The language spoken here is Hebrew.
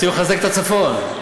רוצים לחזק את הצפון,